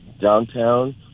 Downtown